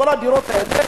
כל הדירות האלה,